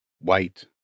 white